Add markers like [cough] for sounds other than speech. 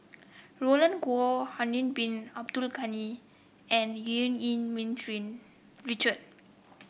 Roland Goh Harun Bin Abdul Ghani and Eu Yee Ming [unintelligible] Richard